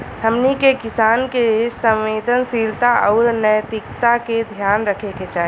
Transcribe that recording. हमनी के किसान के संवेदनशीलता आउर नैतिकता के ध्यान रखे के चाही